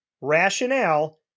rationale